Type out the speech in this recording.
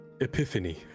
epiphany